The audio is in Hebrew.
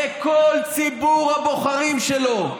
לכל ציבור הבוחרים שלו.